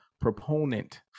proponent